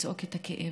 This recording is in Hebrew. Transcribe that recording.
לצעוק את הכאב,